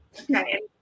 Okay